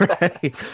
right